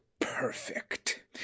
perfect